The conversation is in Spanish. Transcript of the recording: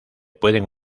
pueden